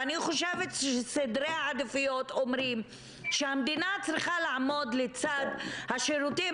ואני חושבת שסדרי העדיפויות אומרים שהמדינה צריכה לעמוד לצד השירותים